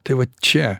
tai va čia